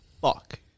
fuck